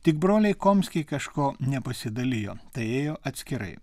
tik broliai komskiai kažko nepasidalijo tai ėjo atskirai